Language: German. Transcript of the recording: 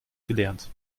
gelernt